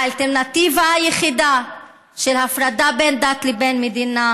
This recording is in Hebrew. והאלטרנטיבה היחידה של הפרדה בין דת לבין מדינה